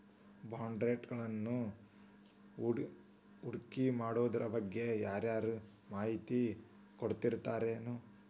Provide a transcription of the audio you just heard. ಬಾಂಡ್ಮಾರ್ಕೆಟಿಂಗ್ವಳಗ ಹೂಡ್ಕಿಮಾಡೊದ್ರಬಗ್ಗೆ ಯಾರರ ಮಾಹಿತಿ ಕೊಡೊರಿರ್ತಾರೆನು?